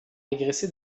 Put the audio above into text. régressé